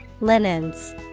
Linens